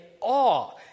awe